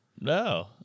No